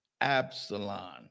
Absalom